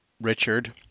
Richard